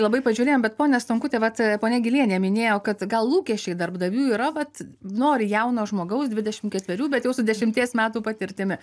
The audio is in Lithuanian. labai pažiūrėjom bet ponia stankutė vat ponia gilienė minėjo kad gal lūkesčiai darbdavių yra vat nori jauno žmogaus dvidešim ketverių bet jau su dešimties metų patirtimi